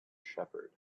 shepherd